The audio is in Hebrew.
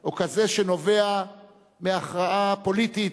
או כזה שנובע מהכרעה פוליטית,